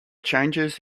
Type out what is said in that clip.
changes